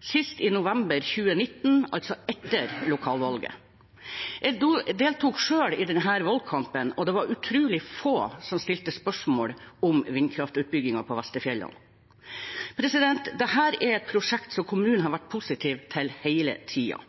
sist i november 2019, altså etter lokalvalget. Jeg deltok selv i denne valgkampen, og det var utrolig få som stilte spørsmål om vindkraftutbyggingen på Vesterfjellet. Dette er et prosjekt som kommunen har vært positiv til hele tiden,